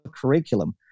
curriculum